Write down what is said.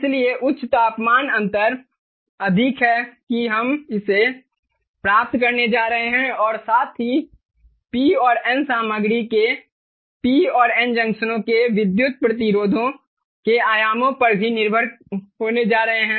इसलिए उच्च तापमान अंतर अधिक है कि हम इसे प्राप्त करने जा रहे हैं और साथ ही P और N सामग्री के P और N जंक्शनों के विद्युत प्रतिरोधों के आयामों पर भी निर्भर होने जा रहे हैं